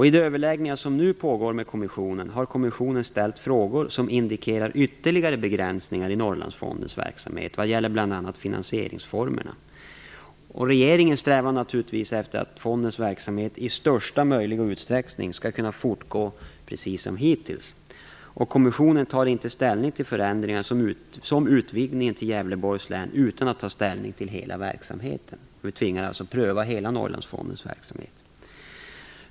I de överläggningar som nu pågår med kommissionen har kommissionen ställt frågor som indikerar ytterligare begränsningar i Norrlandsfondens verksamhet vad gäller bl.a. finansieringsformerna. Regeringen strävar naturligtvis efter att fondens verksamhet i största möjliga utsträckning skall kunna fortgå precis som hittills. Kommissionen tar inte ställning till förändringar som utvidgningen till Gävleborgs län utan att ta ställning till hela verksamheten.